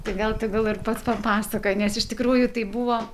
tai gal tegul ir pats papasakoja nes iš tikrųjų tai buvo